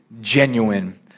genuine